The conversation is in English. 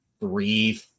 three